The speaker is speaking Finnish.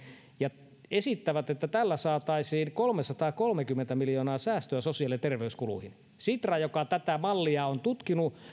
ja esittävät että tällä saataisiin kolmesataakolmekymmentä miljoonaa säästöä sosiaali ja terveyskuluihin sitra joka tätä mallia on tutkinut